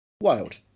Wild